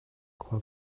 khual